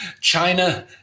China